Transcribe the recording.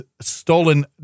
stolen